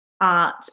art